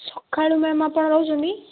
ସଖାଳୁ ମ୍ୟାଡ଼ାମ୍ ଆପଣ ରହୁଛନ୍ତି